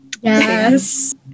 Yes